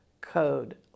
code